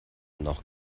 noch